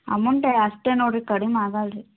amount ಅಷ್ಟೇ ನೋಡ್ರಿ ಕಡಿಮೆ ಆಗಲ್ಲ ರೀ